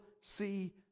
see